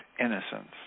innocence